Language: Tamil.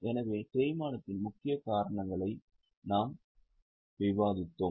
எனவே தேய்மானத்தின் முக்கிய காரணங்களை நாம் விவாதித்தோம்